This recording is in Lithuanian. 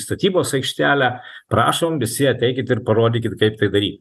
statybos aikštelę prašom visi ateikit ir parodykit kaip tai daryt